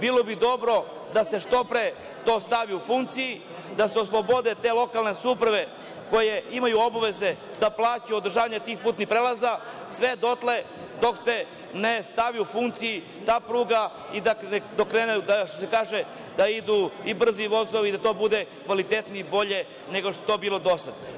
Bilo bi dobro da se što pre to stavi u funkciju, da se oslobode te lokalne samouprave koje imaju obaveze da plaćaju održavanje tih putnih prelaza, sve dotle dok se ne stavi u funkciju ta pruga i da krenu da idu brzi vozovi, da to bude kvalitetnije i bolje nego što je to bilo do sada.